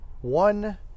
one